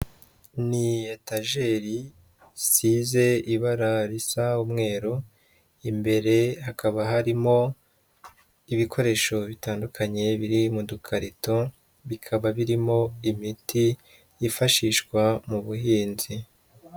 Ni etajeri zisize ibara risa umweru, imbere hakaba harimo ibikoresho bitandukanye biri mu dukarito, bikaba birimo imiti yifashishwa mu buhinzi.